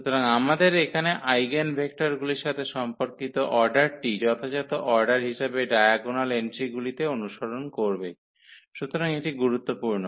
সুতরাং আমাদের এখানে আইগেনভেক্টরগুলির সাথে সম্পর্কিত অর্ডারটি যথাযথ অর্ডার হিসাবে ডায়াগোনাল এন্ট্রিগুলিতে অনুসরণ করবে সুতরাং এটি গুরুত্বপূর্ণ